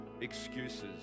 excuses